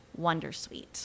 wondersuite